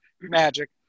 magic